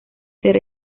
ser